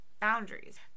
boundaries